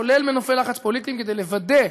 כולל מנופי לחץ פוליטיים, כדי לוודא,